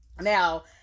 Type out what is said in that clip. Now